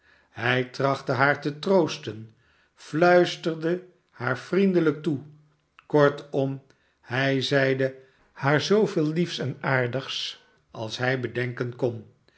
hij trachtte haar te troosten fluisterde haar vriendelijk toe kortom hij zeide haar zoo veel liefs en aardigs als hij bedenken kon